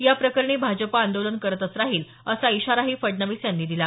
या प्रकरणी भाजप आंदोलन करतच राहील असा इशाराही फडणवीस यांनी दिला